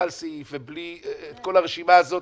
על סעיף ובלי את כל הרשימה הזאת,